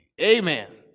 amen